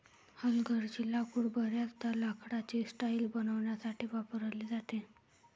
हलगर्जी लाकूड बर्याचदा लाकडाची टाइल्स बनवण्यासाठी वापरली जाते